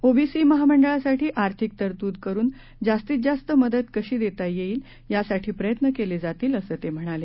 OBC महामंडळांसाठी आर्थिक तरतुद करुन जास्तीत जास्त मदत कशी देता येईल यासाठी प्रयत्न केले जातील असं ते म्हणाले